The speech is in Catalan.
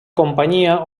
companyia